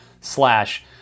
slash